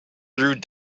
through